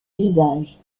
usages